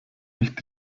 nicht